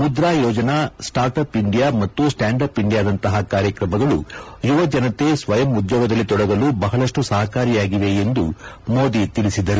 Mudra Yojana start up India ಮತ್ತು stand up ಇಂಡಿಯಾದಂತಪ ಕಾರ್ಯಕ್ರಮಗಳು ಯುವ ಜನತೆ ಸ್ವಯಂ ಉದ್ಯೋಗದಲ್ಲಿ ತೊಡಗಲು ಬಹಳಷ್ಟು ಸಹಕಾರಿಯಾಗಿವೆ ಎಂದು ಮೋದಿ ತಿಳಿಸಿದರು